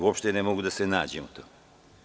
Uopšte ne mogu da se nađem u tome.